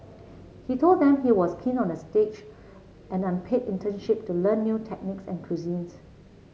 he told them he was keen on a stage an unpaid internship to learn new techniques and cuisines